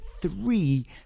three